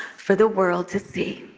for the world to see.